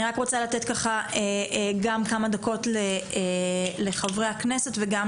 אני רק רוצה לתת ככה גם כמה דקות לחברי הכנסת וגם